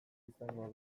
izango